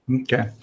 Okay